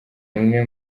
imwe